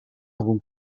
algun